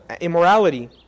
immorality